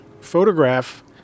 photograph